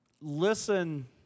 Listen